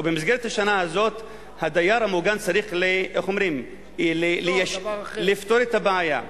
במסגרת השנה הזאת הדייר המוגן צריך לפתור את הבעיה.